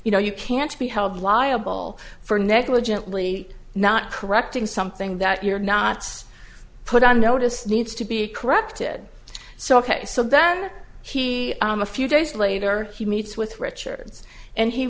you know you can't be held liable for negligently not correcting something that you're not put on notice needs to be corrected so ok so then he a few days later he meets with richards and he